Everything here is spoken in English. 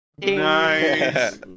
Nice